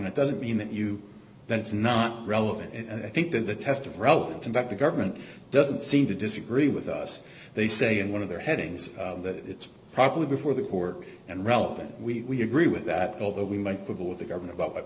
that doesn't mean that you that it's not relevant and i think that the test of relevance in fact the government doesn't seem to disagree with us they say in one of their headings that it's properly before the court and relevant we agree with that although we might quibble with the government about